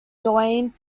dion